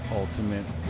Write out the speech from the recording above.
Ultimate